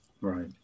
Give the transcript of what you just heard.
Right